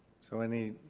so any.